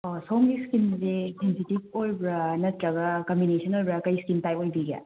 ꯑꯣ ꯁꯣꯝꯒꯤ ꯏꯁꯀꯤꯟꯁꯦ ꯁꯦꯟꯁꯤꯇꯤꯕ ꯑꯣꯏꯕ꯭ꯔꯥ ꯅꯠꯇ꯭ꯔꯒ ꯀꯝꯕꯤꯅꯤꯁꯟ ꯑꯣꯏꯕ꯭ꯔꯥ ꯀꯔꯤ ꯏꯁꯀꯤꯟ ꯇꯥꯏꯞ ꯑꯣꯏꯕꯤꯒꯦ